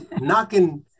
knocking